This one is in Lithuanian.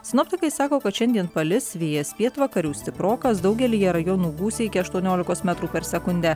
sinoptikai sako kad šiandien palis vėjas pietvakarių stiprokas daugelyje rajonų gūsiai iki aštuoniolikos metrų per sekundę